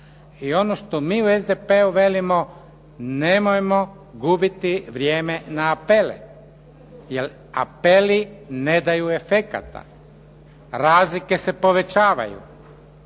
I ono što mi u SDP-u velimo nemojmo gubiti vrijeme na apele, jer apeli ne daju efekata. Razlike se povećavaju.